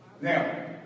Now